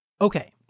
Okay